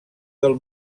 del